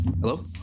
Hello